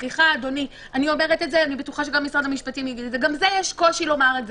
אני בטוחה שגם משרד המשפטים יאמר את זה.